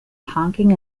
honking